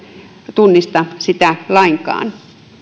tunnista sitä lainkaan